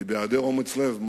בהעדר אומץ לב,